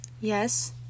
Yes